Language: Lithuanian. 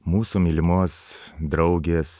mūsų mylimos draugės